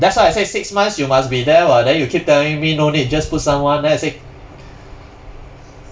that's why I say six months you must be there [what] then you keep telling me no need just put someone then I say